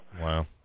Wow